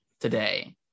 today